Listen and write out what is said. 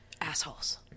Assholes